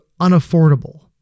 unaffordable